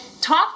talk